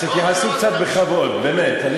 תתייחסו קצת בכבוד, באמת.